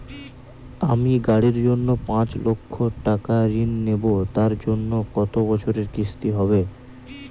আমি গাড়ির জন্য পাঁচ লক্ষ টাকা ঋণ নেবো তার জন্য কতো বছরের কিস্তি হবে?